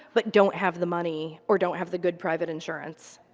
but don't have the money or don't have the good private insurance.